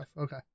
okay